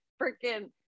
freaking